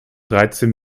dreizehn